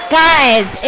guys